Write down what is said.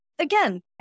Again